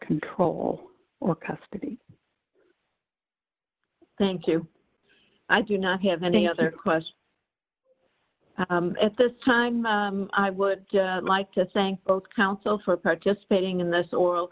control or custody thank you i do not have any other questions at this time i would like to thank both counsels for participating in this or